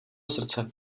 srdce